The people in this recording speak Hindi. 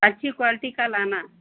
अच्छी क्वायल्टी का लाना